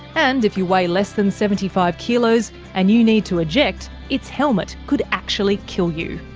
and if you weigh less than seventy five kilos and you need to eject, its helmet could actually kill you.